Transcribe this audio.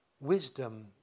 Wisdom